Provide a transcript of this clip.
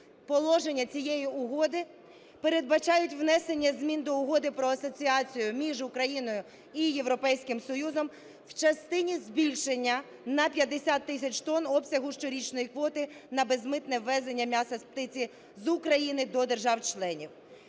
положення цієї Угоди передбачають внесення змін до Угоди про асоціацію між Україною і Європейським Союзом у частині збільшення на 50 тисяч тонн обсягу щорічної квоти на безмитне ввезення м'яса з птиці з України до держав-членів.